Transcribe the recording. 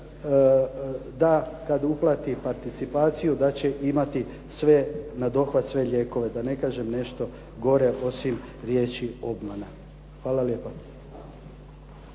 da kada uplati participaciju da će imati sve, na dohvat sve lijekove da ne kažem nešto gore od riječi obmana. Hvala lijepa.